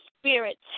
spirits